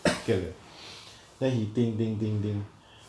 கேளு:kelu then he think think think think